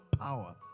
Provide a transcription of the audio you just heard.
power